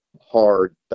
hard